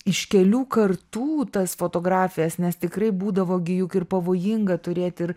iš kelių kartų tas fotografijas nes tikrai būdavo gi juk ir pavojinga turėti ir